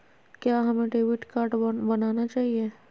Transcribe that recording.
क्या हमें debit card बनाना चाहिए?